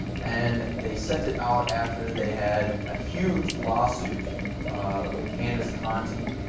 and they sent it out after they had a huge lawsuit with candace conti.